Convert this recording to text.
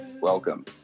Welcome